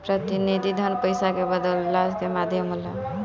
प्रतिनिधि धन पईसा के बदलला के माध्यम होला